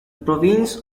province